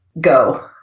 Go